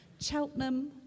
Cheltenham